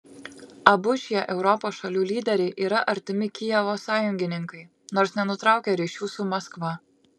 abu šie europos šalių lyderiai yra artimi kijevo sąjungininkai nors nenutraukia ryšių su maskva